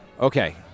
okay